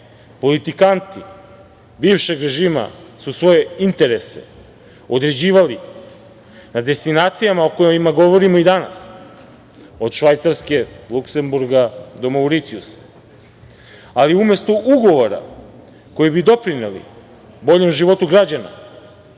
politikanti bivšeg režima su svoje interese određivali na destinacijama o kojima govorimo i danas od Švajcarske, Luksemburga do Mauricijusa. Ali, umesto ugovora koji bi doprineli boljem životu građana,